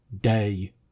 day